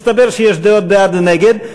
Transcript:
מסתבר שיש דעות בעד ונגד.